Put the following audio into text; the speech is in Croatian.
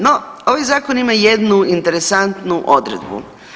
No, ovaj zakon ima jednu interesantnu odredbu.